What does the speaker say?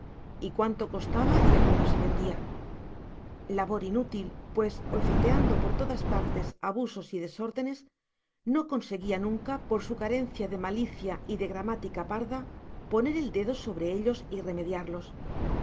y cuánto costaba y a cómo se vendía labor inútil pues olfateando por todas partes abusos y desórdenes no conseguía nunca por su carencia de malicia y de gramática parda poner el dedo sobre ellos y remediarlos